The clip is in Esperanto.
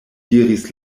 diris